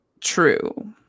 true